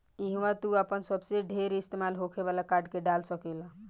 इहवा तू आपन सबसे ढेर इस्तेमाल होखे वाला कार्ड के डाल सकेल